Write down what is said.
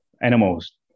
animals